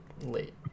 late